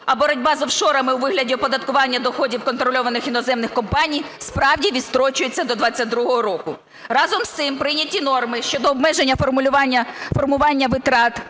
а боротьба з офшорами у вигляді оподаткування доходів контрольованих іноземних компаній справді відстрочується до 22-го року. Разом з цим, прийняті норми щодо обмеження формування витрат